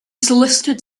solicited